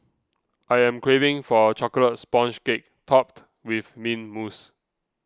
I am craving for a Chocolate Sponge Cake Topped with Mint Mousse